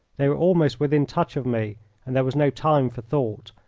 they were almost within touch of me and there was no time for thought.